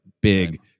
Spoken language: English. big